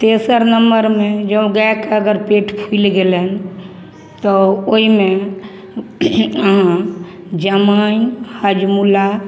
तेसर नम्बरमे जँ गाइके अगर पेट फुलि गेलनि तऽ ओहिमे अहाँ जमाइन हजमोला